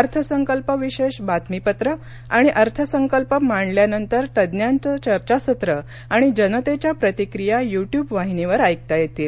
अर्थसंकल्प विशेष बातमीपत्र आणि अर्थसंकल्प मांडल्यानंतर तज्ज्ञांचं चर्चासत्र आणि जनतेच्या प्रतिक्रिया या यूट्यूब वाहिनीवर ऐकता येईल